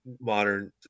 modern